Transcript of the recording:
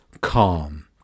calm